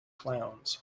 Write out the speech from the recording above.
clowns